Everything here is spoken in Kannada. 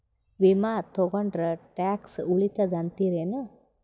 ವಿಮಾ ತೊಗೊಂಡ್ರ ಟ್ಯಾಕ್ಸ ಉಳಿತದ ಅಂತಿರೇನು?